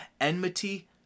enmity